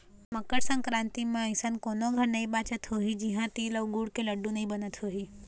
मकर संकरांति म अइसन कोनो घर नइ बाचत होही जिहां तिली अउ गुर के लाडू नइ बनत होही